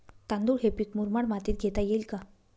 तांदूळ हे पीक मुरमाड मातीत घेता येईल का?